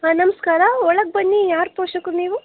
ಹಾಂ ನಮಸ್ಕಾರ ಒಳಗ್ಬನ್ನಿ ಯಾರು ಪೋಷಕರು ನೀವು